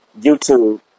YouTube